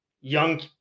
young